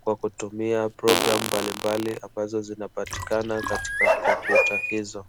kwa kutumia programu mbalimbali ambazo zinapatikana katika kompyuta hizo.